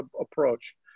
approach